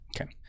Okay